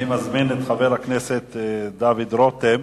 אני מזמין את חבר הכנסת דוד רותם.